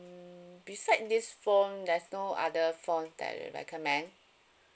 beside this phone there's no other phones that you recommend